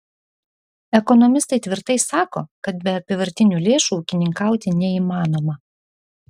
ekonomistai tvirtai sako kad be apyvartinių lėšų ūkininkauti neįmanoma